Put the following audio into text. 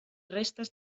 restes